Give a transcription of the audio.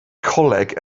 coleg